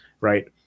right